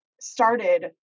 started